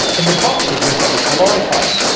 in the bottom we've got the calorifier,